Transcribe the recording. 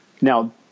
now